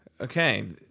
Okay